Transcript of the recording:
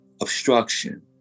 obstruction